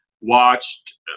watched